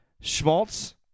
Schmaltz